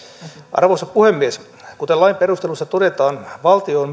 arvoisa puhemies kuten lain perusteluissa todetaan valtio on